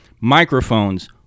microphones